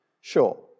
Sure